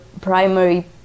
primary